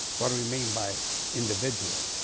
what do we mean by individual?